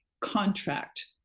contract